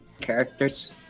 characters